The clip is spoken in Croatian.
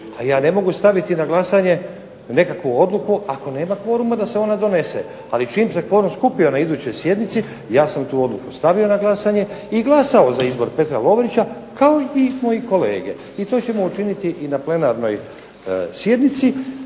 Ja ne mogu staviti na glasanje nekakvu odluku ako nema kvoruma da se ona donese, ali čim se kvorum skupio na sjednici, ja sam tu odluku stavio na glasanje i glasao za izbor Petra Lovrića kao i moji kolege, to ćemo učiniti i na plenarnoj sjednici